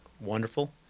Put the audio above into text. wonderful